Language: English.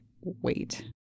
wait